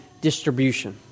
distribution